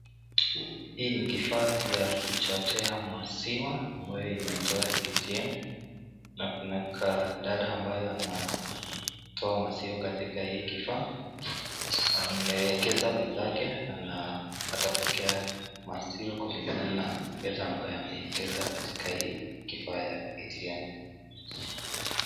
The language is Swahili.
Hii nikifaa ya kuchotea maziwa inaitwa ATM, na kuna dada ambaye anatoa maziwa katika hii kifaa ameekeza bidhaa zake ili aweze kutoa, kulingana na ile ambaya ameegeza katika ATM.